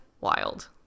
wild